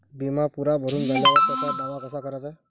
बिमा पुरा भरून झाल्यावर त्याचा दावा कसा कराचा?